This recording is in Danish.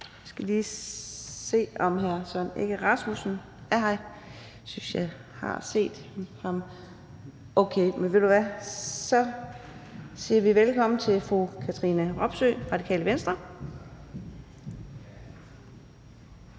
Jeg skal lige se, om hr. Søren Egge Rasmussen er her. Jeg synes, jeg har set ham. Okay, men så siger vi velkommen til fru Katrine Robsøe, Radikale Venstre.